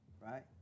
right